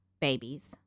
babies